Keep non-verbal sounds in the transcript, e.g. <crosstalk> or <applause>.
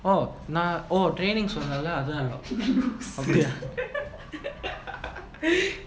oh நா:naa oh training சொன்னலெ:sonnale <laughs>